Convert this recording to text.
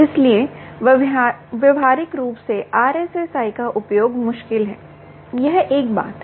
इसलिए व्यावहारिक रूप से RSSI का उपयोग मुश्किल है यह एक बात है